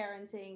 parenting